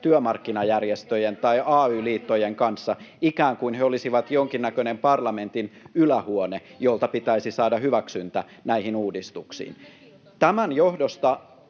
työmarkkinajärjestöjen tai ay-liittojen kanssa, ikään kuin ne olisivat jonkinnäköinen parlamentin ylähuone, jolta pitäisi saada hyväksyntä näihin uudistuksiin.